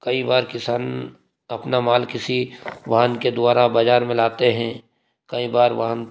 कई बार किसान अपना माल किसी वाहन के द्वारा बाजार में लाते हैं कई बार वाहन